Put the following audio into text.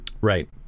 Right